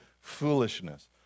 foolishness